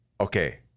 Okay